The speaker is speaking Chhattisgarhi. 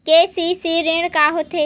के.सी.सी ऋण का होथे?